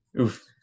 Oof